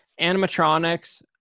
animatronics